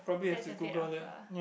that's a bit of of a